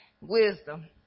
wisdom